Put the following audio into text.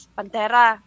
Pantera